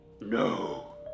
No